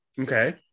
Okay